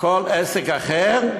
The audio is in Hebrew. כל עסק אחר,